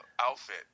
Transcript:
outfit